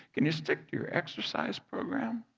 can you stick to your exercise program?